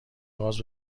باز